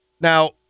Now